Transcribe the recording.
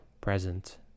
present